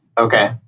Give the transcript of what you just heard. okay.